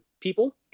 people